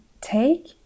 take